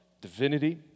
divinity